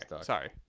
Sorry